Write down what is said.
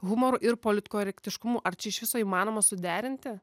humoru ir politkorektiškumu ar čia iš viso įmanoma suderinti